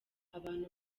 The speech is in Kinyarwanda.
abantu